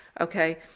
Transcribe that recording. Okay